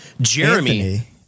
Jeremy